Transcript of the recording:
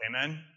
amen